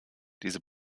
diese